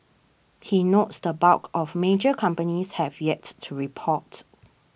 he notes the bulk of major companies have yet to report